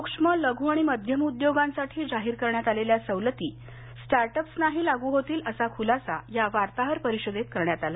सूक्ष्म लघू आणि मध्यम उद्योगांसाठी जाहीर करण्यात आलेल्या सवलती स्टार्टअप्स नाही लागू होतील असा खुलासा या वार्ताहर परिषदेत करण्यात आला